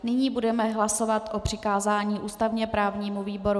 Nyní budeme hlasovat o přikázání ústavněprávnímu výboru.